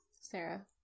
Sarah